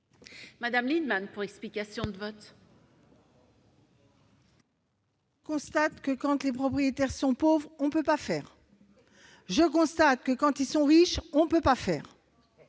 Lienemann, pour explication de vote. Je constate que, quand les propriétaires sont pauvres, on ne peut pas faire. Et quand ils sont riches, on ne peut pas faire